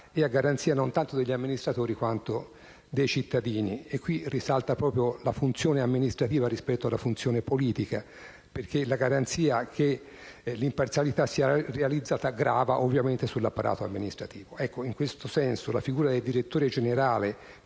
e a garanzia non tanto degli amministratori quanto dei cittadini. E qui risalta proprio la funzione amministrativa rispetto a quella politica. Infatti, la garanzia che l'imparzialità sia realizzata grava sull'apparato amministrativo. In questo senso, la figura del direttore generale,